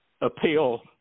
appeal